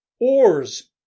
Oars